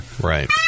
Right